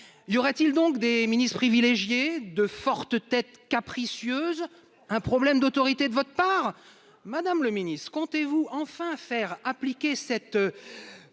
Y aurait-il donc des ministres privilégiés, de fortes têtes capricieuses, un problème d'autorité de votre part ? Madame la Première ministre, comptez-vous enfin faire appliquer la